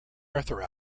arthur